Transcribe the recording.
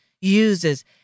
uses